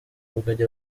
rugagi